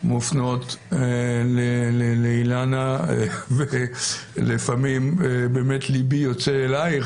מופנות לאילנה, ולפעמים ליבי יוצא אלייך.